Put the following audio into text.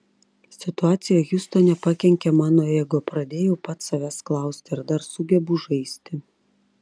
situacija hjustone pakenkė mano ego pradėjau pats savęs klausti ar dar sugebu žaisti